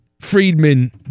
Friedman